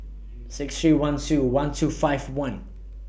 six three one two one two five one